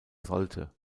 sollte